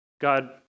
God